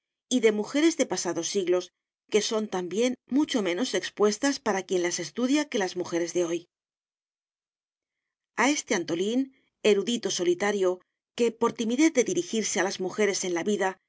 y de mujeres de pasados siglos que son también mucho menos expuestas para quien las estudia que las mujeres de hoy a este antolín erudito solitario que por timidez de dirigirse a las mujeres en la vida